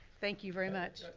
thank you very much.